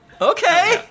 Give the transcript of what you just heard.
Okay